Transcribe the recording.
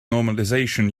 normalization